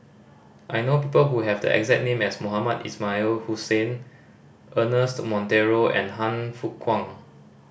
I know people who have the exact name as Mohamed Ismail Hussain Ernest Monteiro and Han Fook Kwang